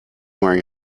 wearing